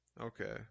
Okay